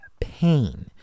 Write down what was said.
Pain